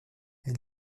elle